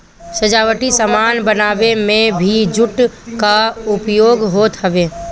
सजावटी सामान बनावे में भी जूट कअ उपयोग होत हवे